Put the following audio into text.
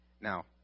Now